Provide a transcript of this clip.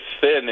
thin